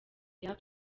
year